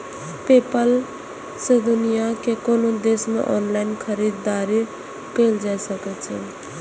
PayPal सं दुनिया के कोनो देश मे ऑनलाइन खरीदारी कैल जा सकै छै